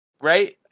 right